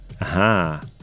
Aha